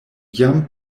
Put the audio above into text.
jam